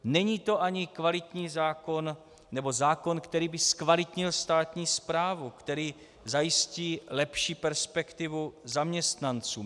Není to ani kvalitní zákon nebo zákon, který by zkvalitnil státní správu, který zajistí lepší perspektivu zaměstnancům.